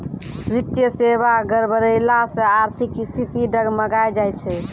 वित्तीय सेबा गड़बड़ैला से आर्थिक स्थिति डगमगाय जाय छै